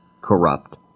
corrupt